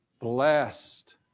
Blessed